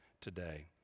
today